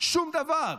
שום דבר.